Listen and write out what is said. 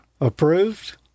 Approved